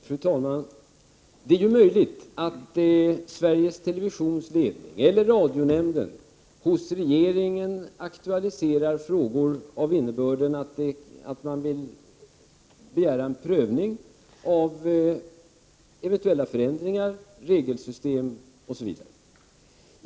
Fru talman! Det är ju möjligt att Sveriges Televisions ledning eller radionämnden hos regeringen aktualiserar frågor av innebörden att de begär en prövning av eventuella förändringar, regelsystem och liknande frågor.